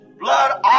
blood